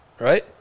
Right